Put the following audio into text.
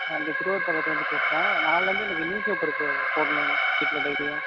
நான் இங்கே திருவாரூர் பக்கத்திலருந்து பேசுககிறேன் நாளிலந்து எனக்கு நியூஸ் பேப்பரு போடணும் வீட்டில் டெய்லியும்